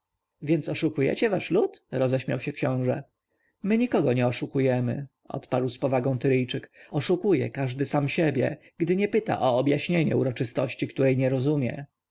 więc oszukujecie wasz lud roześmiał się książę my nikogo nie oszukujemy odparł z powagą tyryjczyk oszukuje każdy sam siebie gdy nie pyta o objaśnienie uroczystości której nie rozumie